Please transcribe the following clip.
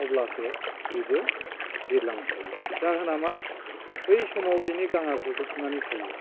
अब्लासो बेबो बिरलांफायो जाहोना मा बै समाव बिनि गाङा गुजोबनानै थायो